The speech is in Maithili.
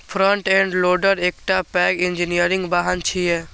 फ्रंट एंड लोडर एकटा पैघ इंजीनियरिंग वाहन छियै